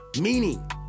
meaning